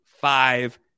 five